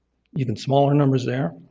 even smaller numbers there.